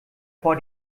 vor